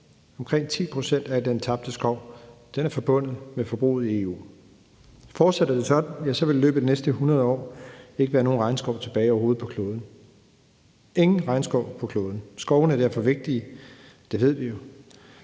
Omkring 10 pct. af al den tabte skov er forbundet med forbruget i EU. Fortsætter det sådan, vil der i løbet af de næste 100 år overhovedet ikke være nogen regnskov tilbage på kloden – ingen regnskov på kloden. Skovene er vigtige – det ved vi jo